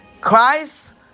christ